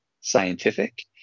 scientific